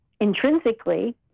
intrinsically